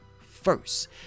first